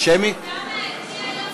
את מי היום אתה מייצג?